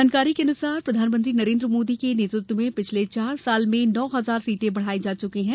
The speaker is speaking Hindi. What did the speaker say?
जानकारी के अनुसार प्रधानमंत्री नरेंद्र मोदी के नेतृत्व में पिछले चार साल में नौ हज़ार सीटें बढ़ाई जा चुकी है